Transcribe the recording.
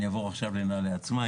אעבור לנעל"ה עצמה,